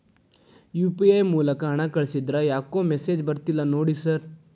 UPI ಮೂಲಕ ಹಣ ಕಳಿಸಿದ್ರ ಯಾಕೋ ಮೆಸೇಜ್ ಬರ್ತಿಲ್ಲ ನೋಡಿ ಸರ್?